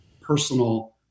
personal